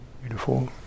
Beautiful